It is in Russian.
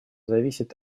зависит